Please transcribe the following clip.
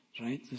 right